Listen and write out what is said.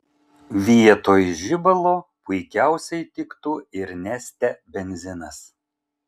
vietoj žibalo puikiausiai tiktų ir neste benzinas